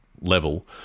level